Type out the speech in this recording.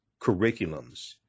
curriculums